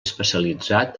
especialitzat